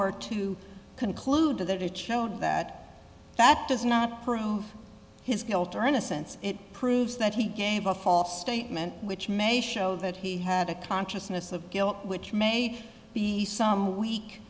were to conclude that it showed that that does not prove his guilt or innocence it proves that he gave a false statement which may show that he had a consciousness of guilt which may be some we